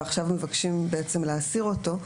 ועכשיו מבקשים להסיר אותו.